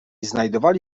znajdowali